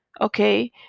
okay